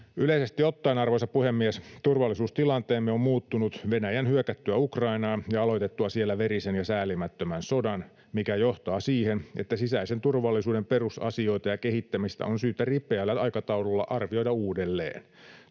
Yleisesti ottaen, arvoisa puhemies, turvallisuustilanteemme on muuttunut Venäjän hyökättyä Ukrainaan ja aloitettua siellä verisen ja säälimättömän sodan, mikä johtaa siihen, että sisäisen turvallisuuden perusasioita ja kehittämistä on syytä ripeällä aikataululla arvioida uudelleen.